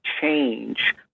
change